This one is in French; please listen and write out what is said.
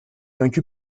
vaincu